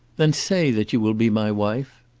then say that you will be my wife.